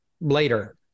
later